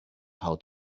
how